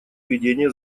ведения